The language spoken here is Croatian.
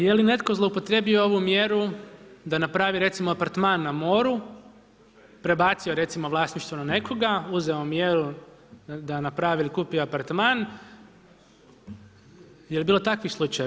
Je li netko zloupotrijebio ovu mjeru da napravi recimo apartman na moru, prebacio recimo vlasništvo na nekoga, uzeo mjeru da napravi ili kupi apartman, je li bilo takvih slučajeva?